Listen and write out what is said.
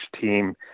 team